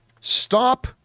stop